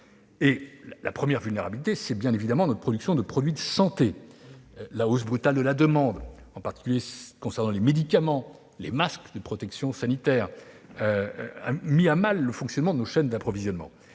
Notre première vulnérabilité réside évidemment dans la production de produits de santé. La hausse brutale de la demande, en particulier concernant les médicaments ou les masques de protection sanitaire, a mis à mal le fonctionnement de nos chaînes d'approvisionnement.